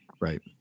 Right